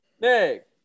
Nick